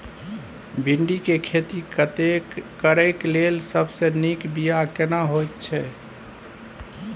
भिंडी के खेती करेक लैल सबसे नीक बिया केना होय छै?